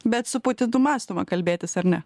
bet su putinu mąstoma kalbėtis ar ne